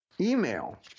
email